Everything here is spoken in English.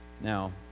Now